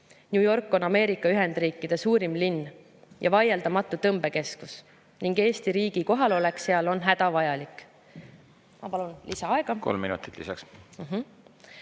New York on Ameerika Ühendriikide suurim linn ja vaieldamatu tõmbekeskus ning Eesti riigi kohalolek seal on hädavajalik. Ma palun lisaaega. Kolm minutit lisaks.